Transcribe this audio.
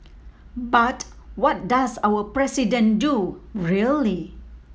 but what does our president do really